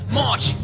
march